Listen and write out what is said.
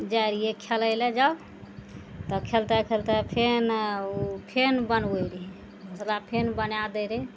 जाइ रहियै खेलय लए जाउ तऽ खेलते खेलते फेन फेन बनबइ रही ओकरा फेन बना दै रहय